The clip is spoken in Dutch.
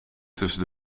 tussen